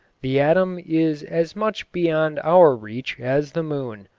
the atom is as much beyond our reach as the moon.